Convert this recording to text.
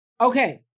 Okay